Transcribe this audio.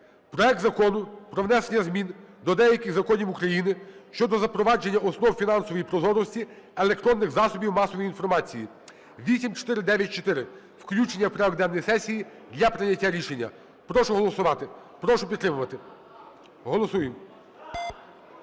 Проект Закону про внесення змін до деяких законів України щодо запровадження основ фінансової прозорості електронних засобів масової інформації (8494). Включення в порядок денний сесії для прийняття рішення. Прошу голосувати, прошу підтримати. Голосуємо.